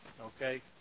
okay